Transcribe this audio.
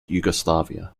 yugoslavia